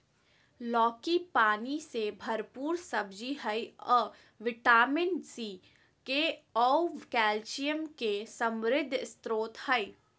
लौकी पानी से भरपूर सब्जी हइ अ विटामिन सी, के आऊ कैल्शियम के समृद्ध स्रोत हइ